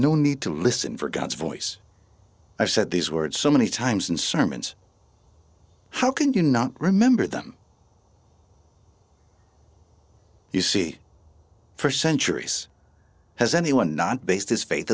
no need to listen for god's voice i said these words so many times in sermons how can you not remember them you see for centuries has anyone not based his faith